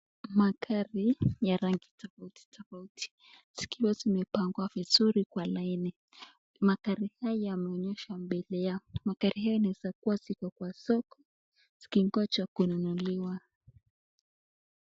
Magari ya rangi tofauti tofauti zikiwa zimepangwa vizuri kwa laini , magari haya yameonyesha mbele yao , magari haya yanawezakuwa ziko kwa soko zikingoja kununuliwa.